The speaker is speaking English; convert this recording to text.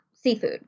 Seafood